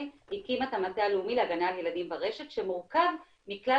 הקימה את המטה הלאומי להגנה על ילדים ברשת,